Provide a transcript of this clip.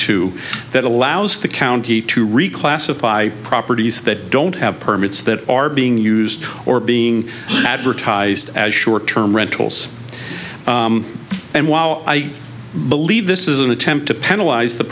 two that allows the county to reclassify properties that don't have permits that are being used or being advertised as short term rentals and while i believe this is an attempt to penalize the